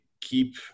keep